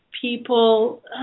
people